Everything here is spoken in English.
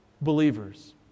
believers